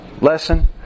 lesson